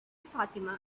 fatima